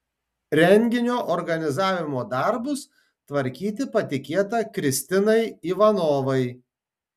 renginio organizavimo darbus tvarkyti patikėta kristinai ivanovai